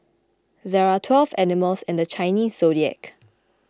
there are twelve animals in the Chinese zodiac